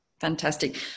Fantastic